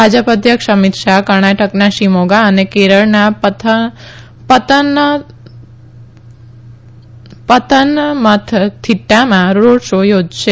ભાજપ અધ્યક્ષ અમિત શાહ કર્ણાટકના શિમોગા અને કેરળના પતનમથિદ્દામાં રોડ શો યોજશે